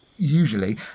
Usually